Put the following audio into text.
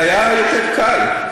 היה יותר קל,